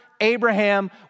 Abraham